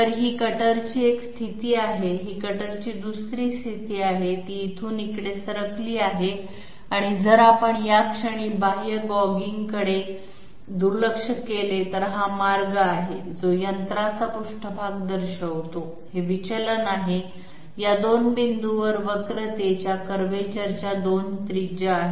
तर ही कटरची एक स्थिती आहे ही कटरची दुसरी स्थिती आहे ती येथून इकडे सरकली आहे आणि जर आपण या क्षणी बाह्य गॉगिंगकडे दुर्लक्ष केले तर हा मार्ग आहे जो यंत्राचा पृष्ठभाग दर्शवतो हे विचलन आहे या 2 बिंदूंवर कर्वेचरच्या 2 त्रिज्या आहेत